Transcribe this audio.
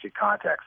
context